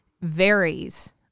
varies